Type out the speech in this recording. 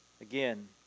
again